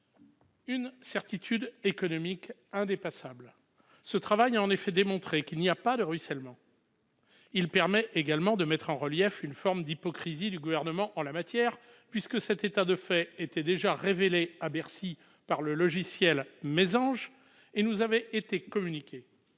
une certitude économique indépassable. Ce travail a en effet démontré qu'il n'y a pas de ruissellement. Il permet également de mettre en relief une forme d'hypocrisie du Gouvernement en la matière, puisque cet état de fait était déjà révélé à Bercy par le logiciel Mésange et nous avait été communiqué.